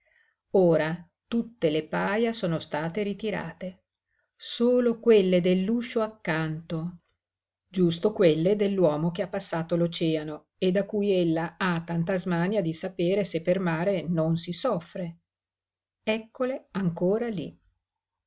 ora tutte le paja sono state ritirate solo quelle dell'uscio accanto giusto quelle dell'uomo che ha passato l'oceano e da cui ella ha tanta smania di sapere se per mare non si soffre eccole ancora lí